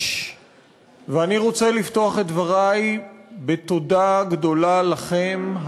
ואני רוצה לפתוח את דברי בתודה גדולה לכם,